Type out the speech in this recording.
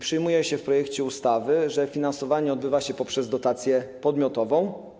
Przyjmuje się w projekcie ustawy, że finansowanie odbywa się poprzez dotację podmiotową.